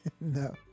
No